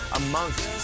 amongst